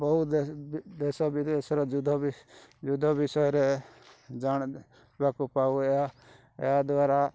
ବହୁତ ଦେଶ ବିଦେଶର ଯୁଦ୍ଧ ବି ଯୁଦ୍ଧ ବିଷୟରେ ଜାଣିବାକୁ ପାଉ ଏହା ଏହା ଦ୍ୱାରା